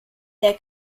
der